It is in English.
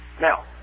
Now